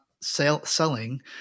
Selling